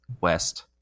west